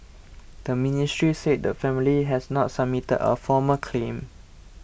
the ministry said the family has not submitted a formal claim